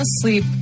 asleep